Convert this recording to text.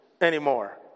anymore